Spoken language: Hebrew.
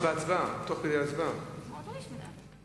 ההצעה שלא לכלול את הנושא בסדר-היום של הכנסת נתקבלה.